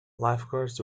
lifeguards